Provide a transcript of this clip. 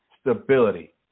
stability